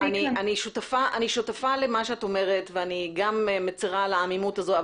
אני שותפה למה שאת אומרת וגם אני מצרה על העמימות הזאת,